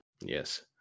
Yes